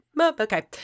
okay